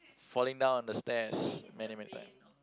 falling down on the stairs many many time